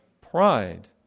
Pride